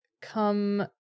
come